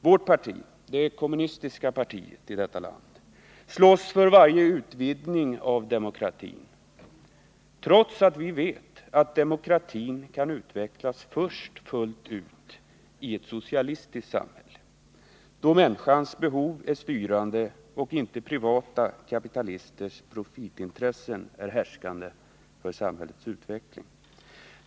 Vårt parti, det kommunistiska partiet i detta land, slåss för varje utvidgning av demokratin, trots att vi vet att demokratin kan utvecklas fullt ut först i ett socialistiskt samhälle, där människans behov är styrande och inte privata kapitalisters profitintressen är härskande när det gäller samhällets utveckling.